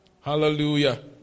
Hallelujah